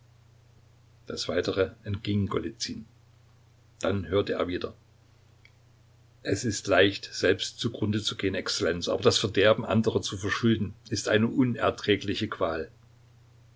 das weitere entging golizyn dann hörte er wieder es ist leicht selbst zugrunde zu gehen exzellenz aber das verderben anderer zu verschulden ist eine unerträgliche qual